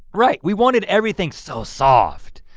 right. we wanted everything so soft.